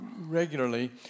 regularly